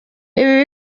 ibi